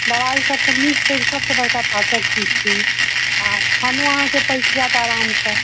दबाइ सभसँ नीक छै सभसँ बड़का पाचक छै ई आ खानो अहाँक पचि जायत आरामसँ